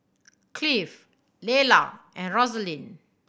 Clive Lelah and Rosaline